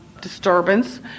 disturbance